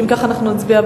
אוקיי, אם כך אנחנו נצביע.